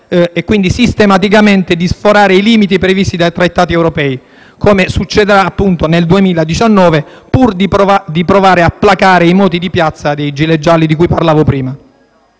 (quindi sistematicamente) di sforare i limiti previsti dai trattati europei, come succederà nel 2019, pur di provare a placare i moti di piazza dei *gilet* gialli di cui parlavo prima.